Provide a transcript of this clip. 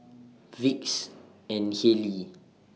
Vicks and Haylee